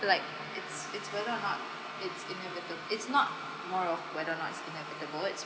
like it's it's whether or not it's inevita~ it's not moral whether or not it's inevitable it's